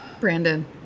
brandon